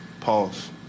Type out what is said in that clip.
pause